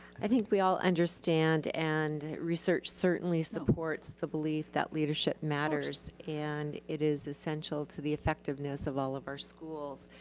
i think we all understand and research certainly supports the belief that leadership matters. and it is essential to the effectiveness of all of our schools.